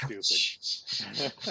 stupid